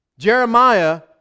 Jeremiah